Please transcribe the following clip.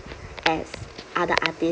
as other artist